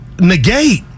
negate